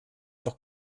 doch